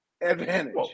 advantage